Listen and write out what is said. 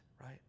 right